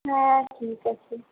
হ্যাঁ ঠিক আছে